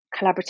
collaborative